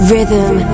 Rhythm